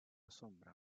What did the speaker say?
sombra